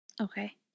Okay